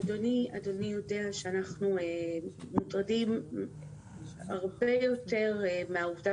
אדוני יודע שאנחנו מוטרדים הרבה יותר מהעובדה